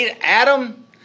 Adam